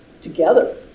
together